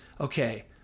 okay